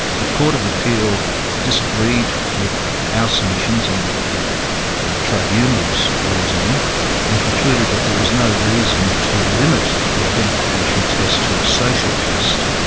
the court of appeal disagreed with our submissions and the tribunal's reasoning and concluded that there was no reason to limit the identification test to a social test,